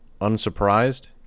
Unsurprised